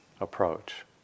approach